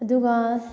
ꯑꯗꯨꯒ